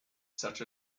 such